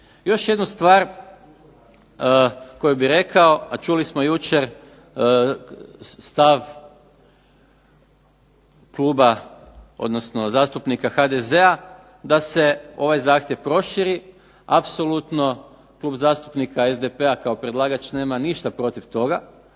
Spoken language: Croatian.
Još jednu stvar koju bih rekao, a čuli smo jučer stav Kluba odnosno zastupnika HDZ-a da se ovaj zahtjev proširi, apsolutno Klub zastupnika SDP-a kao predlagač nema ništa protiv toga,